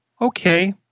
okay